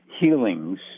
healings